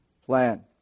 plan